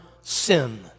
sin